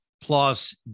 plus